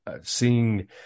seeing